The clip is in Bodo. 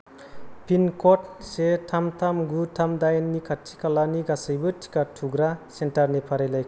पिनक'ड से थाम थाम गु थाम दाइननि खाथि खालानि गासैबो टिका थुग्रा सेन्टारनि फारिलाइखौ दिन्थि